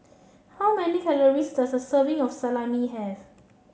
how many calories does a serving of Salami have